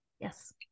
Yes